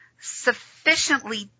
sufficiently